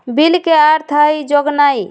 bill के अर्थ हइ जोगनाइ